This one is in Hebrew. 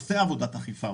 עושה עבודת אכיפה,